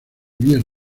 vías